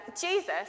Jesus